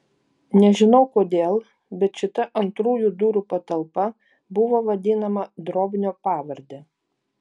nežinau kodėl bet šita antrųjų durų patalpa buvo vadinama drobnio pavarde